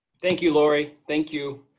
thank you, laurie. thank you.